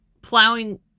plowing